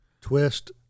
twist